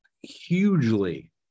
hugely